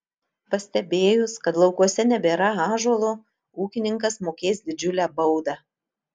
pastebėjus kad laukuose nebėra ąžuolo ūkininkas mokės didžiulę baudą